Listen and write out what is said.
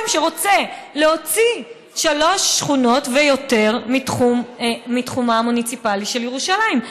שרוצה להוציא שלוש שכונות ויותר מתחומה המוניציפלי של ירושלים.